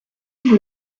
vous